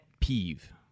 peeve